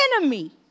enemy